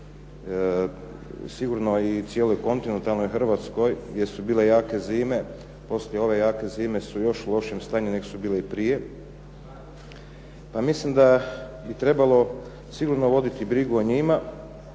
sigurno i cijeloj kontinentalnoj Hrvatskoj gdje su bile jake zime poslije ove jake zime su u još lošijem stanju nego su bile prije, pa mislim da bi trebalo sigurno voditi brigu o njima